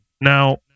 Now